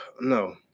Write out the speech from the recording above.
No